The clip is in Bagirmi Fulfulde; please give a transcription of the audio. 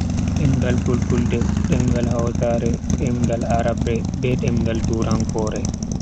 Demngal fulfulde, demngal hausare, demngal arabre be demngal turankoore.